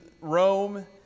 Rome